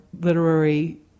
literary